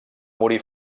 morir